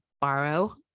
borrow